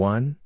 One